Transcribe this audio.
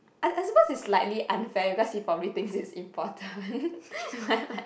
I I supposed it's likely unfair because he probably think it's important